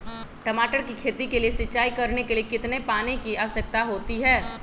टमाटर की खेती के लिए सिंचाई करने के लिए कितने पानी की आवश्यकता होती है?